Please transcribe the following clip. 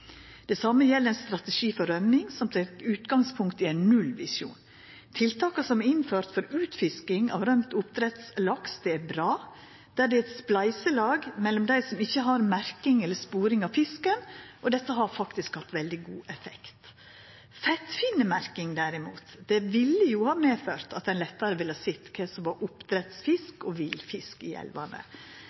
Det same gjeld ein strategi for rømming, som tek utgangspunkt i ein nullvisjon. Tiltaka som er innførte for utfisking av rømd oppdrettslaks, er bra. Det er eit spleiselag mellom dei som ikkje har merking eller sporing av fisken. Dette har faktisk hatt veldig god effekt. Feittfinnemerking, derimot, ville ha medført at ein lettare ville ha sett kva som var oppdrettsfisk, og kva som var villfisk, i elvane.